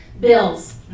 bills